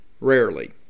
Rarely